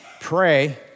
pray